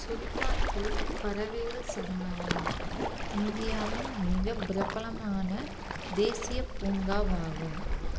சுல்தான்பூர் பறவைகள் சரணாலயம் இந்தியாவின் மிகப் பிரபலமான தேசியப் பூங்காவாகும்